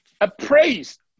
appraised